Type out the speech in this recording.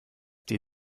dir